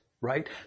right